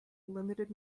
limited